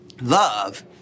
Love